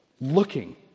looking